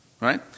right